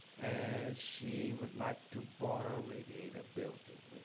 and she would like to borrow radiator building.